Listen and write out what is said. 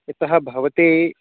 यतः भवते